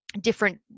different